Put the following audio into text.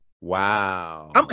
Wow